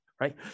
right